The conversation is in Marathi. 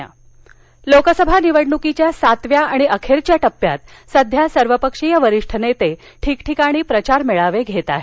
प्रचार लोकसभा निवडणुकीच्या सातव्या आणि अखेरच्या टप्प्यात सध्या सर्वपक्षीय वरिष्ठ नेते ठिकठिकाणी प्रचार मेळावे चेत आहेत